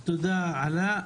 תודה, עלא.